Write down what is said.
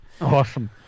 Awesome